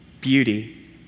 beauty